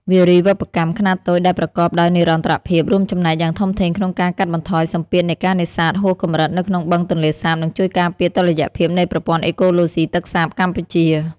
វារីវប្បកម្មខ្នាតតូចដែលប្រកបដោយនិរន្តរភាព រួមចំណែកយ៉ាងធំធេងក្នុងការកាត់បន្ថយសម្ពាធនៃការនេសាទហួសកម្រិតនៅក្នុងបឹងទន្លេសាប និងជួយការពារតុល្យភាពនៃប្រព័ន្ធអេកូឡូស៊ីទឹកសាបកម្ពុជា។